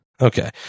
Okay